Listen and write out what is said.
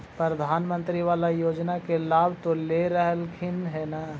प्रधानमंत्री बाला योजना के लाभ तो ले रहल्खिन ह न?